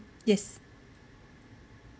yes